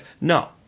No